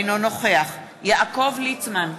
אינו נוכח יעקב ליצמן,